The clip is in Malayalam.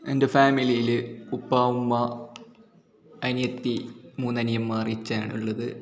എൻ്റെ ഫാമിലിയിൽ ഉപ്പ ഉമ്മ അനിയത്തി മൂന്നനിയന്മാർ ഇച്ഛ ആണുള്ളത്